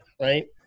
right